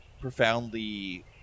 profoundly